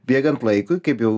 bėgant laikui kaip jau